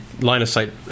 line-of-sight